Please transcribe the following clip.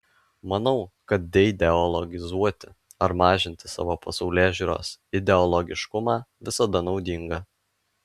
manau kad deideologizuoti ar mažinti savo pasaulėžiūros ideologiškumą visada naudinga